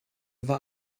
war